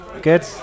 good